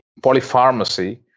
polypharmacy